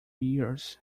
years